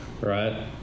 right